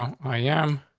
i am.